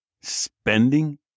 Spending